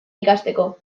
ikasteko